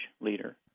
leader